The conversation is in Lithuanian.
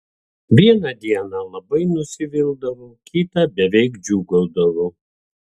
vieną dieną labai nusivildavau kitą beveik džiūgaudavau